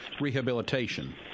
rehabilitation